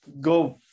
go